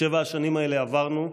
בשבע השנים האלה עברנו,